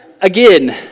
again